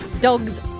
dogs